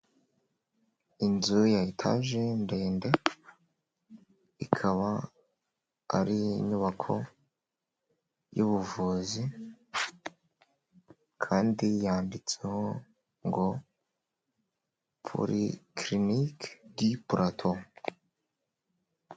Inzu ya etaje ndende, ikaba ari nyubako y'ubuvuzi, kandi yanditseho ngo polikiriniki di purato.